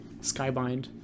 skybind